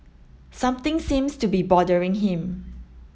something seems to be bothering him